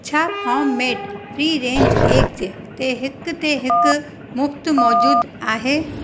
छा farm made free range eggs ते हिकु ते हिकु मुफ़्त मौजूदु आहे